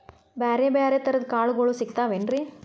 ಬ್ಯಾರೆ ಬ್ಯಾರೆ ತರದ್ ಕಾಳಗೊಳು ಸಿಗತಾವೇನ್ರಿ?